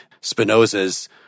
Spinoza's